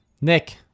Nick